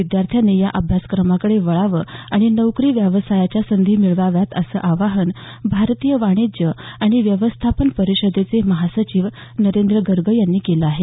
विद्यार्थ्यांनी या अभ्यासक्रमांकडे वळावं आणि नोकरी व्यवसायाच्या संधी मिळवाव्यात असं आवाहन भारतीय वाणिज्य आणि व्यवस्थापन परिषदेचे महासचिव नरेंद्र गर्ग यांनी केलं आहे